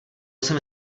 jsem